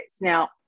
Now